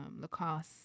Lacoste